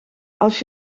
als